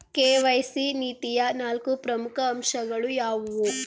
KYC ನೀತಿಯ ನಾಲ್ಕು ಪ್ರಮುಖ ಅಂಶಗಳು ಯಾವುವು?